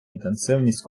інтенсивність